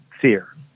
fear